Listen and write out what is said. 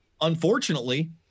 unfortunately